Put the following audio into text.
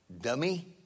dummy